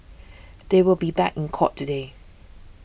they will be back in court today